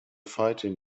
fighting